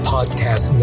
Podcast